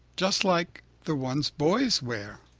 just like the ones boys wear.